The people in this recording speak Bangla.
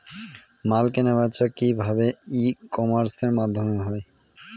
মাল কেনাবেচা কি ভাবে ই কমার্সের মাধ্যমে হয়?